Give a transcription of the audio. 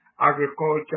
agriculture